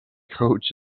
coach